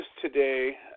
today